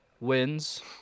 wins